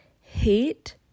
hate